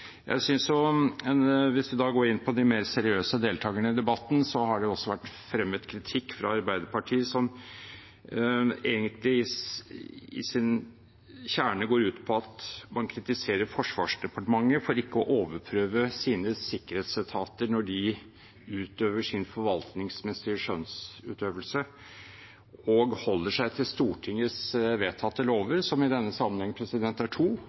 også vært fremmet kritikk fra Arbeiderpartiet som egentlig i sin kjerne går ut på at man kritiserer Forsvarsdepartementet for ikke å overprøve sine sikkerhetsetater når de utøver sin forvaltningsmessige skjønnsutøvelse og holder seg til Stortingets vedtatte lover, som i denne sammenheng er to.